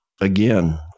again